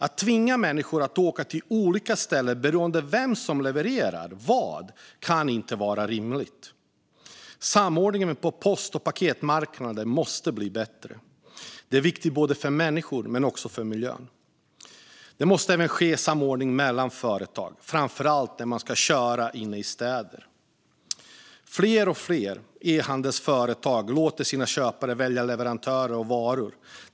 Att tvinga människor att åka till olika ställen beroende på vem som levererar vad kan inte vara rimligt. Samordningen på post och paketmarknaden måste bli bättre; det är viktigt för både människor och miljö. Det måste även ske samordning mellan företag, framför allt när det ska köras inne i städer. Fler och fler e-handelsföretag låter sina köpare välja leverantör av varor.